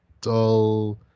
dull